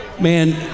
man